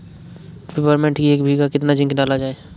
Peppermint की एक बीघा कितना जिंक डाला जाए?